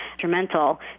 detrimental